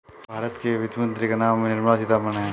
भारत के वित्त मंत्री का नाम निर्मला सीतारमन है